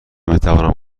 بتوانم